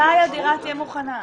מתי הדירה תהיה מוכנה?